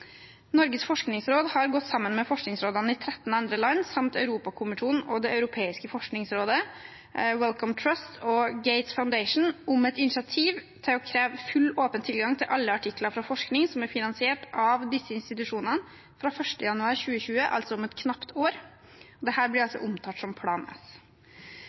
Norges forskningsråd har gått sammen med forskningsrådene i 13 andre land samt Europakommisjonen og det europeiske forskningsrådet, Wellcome Trust og Gates Foundation om et initiativ til å kreve full, åpen tilgang til alle artikler fra forskning som er finansiert av disse institusjonene, fra 1. januar 2020, altså om et knapt år. Dette blir altså omtalt som